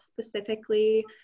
specifically